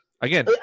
again